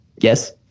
yes